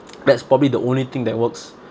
that's probably the only thing that works